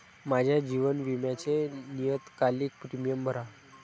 माझ्या जीवन विम्याचे नियतकालिक प्रीमियम भरा